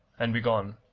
and be gone.